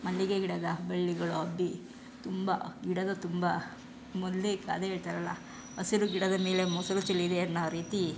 ಮಲ್ಲಿಗೆ ಗಿಡದ ಬಳ್ಳಿಗಳು ಹಬ್ಬಿ ತುಂಬ ಗಿಡದ ತುಂಬ ಮೊಲ್ಲೆ ಅದೇ ಹೇಳ್ತಾರಲ್ಲ ಹಸಿರು ಗಿಡದ ಮೇಲೆ ಮೊಸರು ಚೆಲ್ಲಿದೆ ಅನ್ನೋ ರೀತಿ